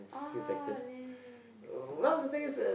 ah man that sucks